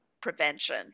prevention